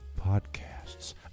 podcasts